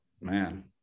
man